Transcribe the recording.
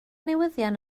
newyddion